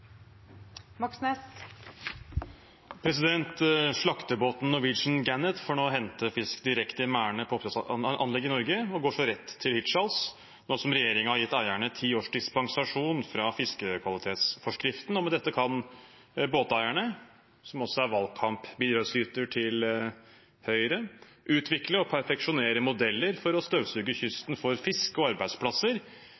på. Slaktebåten «Norwegian Gannet» får nå hente fisk direkte i merdene på oppdrettsanlegg i Norge og går så rett til Hirtshals. Regjeringen har gitt eierne ti års dispensasjon fra fiskekvalitetsforskriften, og med dette kan båteierne – som også er valgkampbidragsyter til Høyre – utvikle og perfeksjonere modeller for å støvsuge